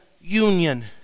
union